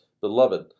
Beloved